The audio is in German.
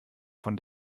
von